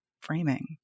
framing